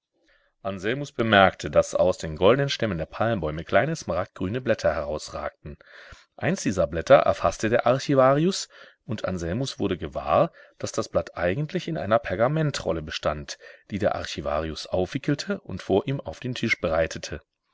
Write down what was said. anselmus bemerkte daß aus den goldnen stämmen der palmbäume kleine smaragdgrüne blätter herausragten eins dieser blätter erfaßte der archivarius und anselmus wurde gewahr daß das blatt eigentlich in einer pergamentrolle bestand die der archivarius aufwickelte und vor ihm auf den tisch breitete